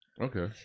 Okay